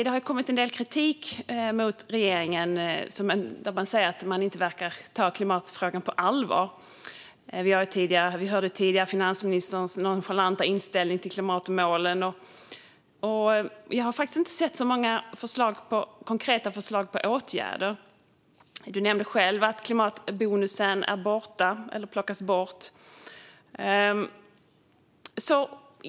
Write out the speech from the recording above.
Det har kommit en del kritik mot regeringen. Man säger att den inte verkar ta klimatfrågan på allvar. Vi hörde tidigare finansministerns nonchalanta inställning till klimatmålen. Jag har inte sett så många konkreta förslag på åtgärder. Du nämnde själv att klimatbonusen är borta, eller ska plockas bort.